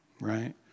right